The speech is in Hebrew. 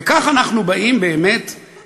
וכך אנחנו באים באמת,